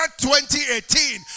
2018